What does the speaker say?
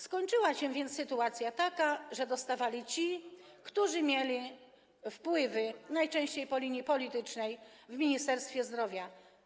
Skończyła się więc taka praktyka, że dostawali ci, którzy mieli wpływy, najczęściej po linii politycznej w Ministerstwie Zdrowia.